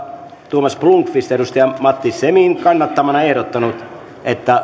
thomas blomqvist matti semin kannattamana ehdottanut että